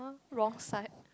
wrong side